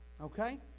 Okay